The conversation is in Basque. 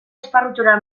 esparrutxora